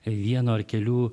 vieno ar kelių